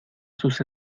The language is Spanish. sus